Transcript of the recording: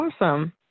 awesome